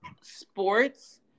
sports